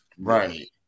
Right